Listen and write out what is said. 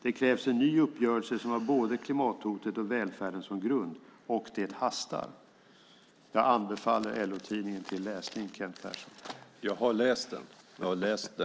Det krävs en ny uppgörelse som har både klimathotet och välfärden som grund, och det hastar. Jag anbefaller LO-tidningen till läsning, Kent Persson.